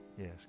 Yes